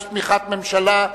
יש תמיכת הממשלה.